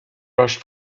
rushed